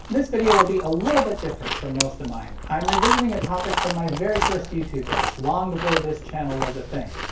this video will be a little bit different from most of mine. i'm revisiting a topic from my very first youtube days, long before this channel was a thing.